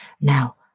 Now